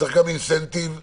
צריך גם אינסנטיב לחיסונים.